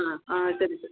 ആ ആ ശരി ശരി